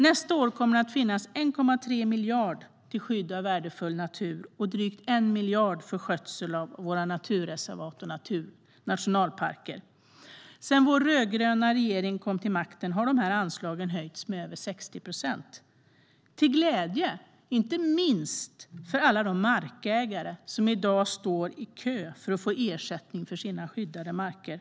Nästa år kommer det att finnas 1,3 miljarder till skydd av värdefull natur och drygt 1 miljard för skötsel av våra naturreservat och nationalparker. Sedan vår rödgröna regering kom till makten har de anslagen höjts med över 60 procent till glädje inte minst för alla de markägare som i dag står i kö för att få ersättning för sina skyddade marker.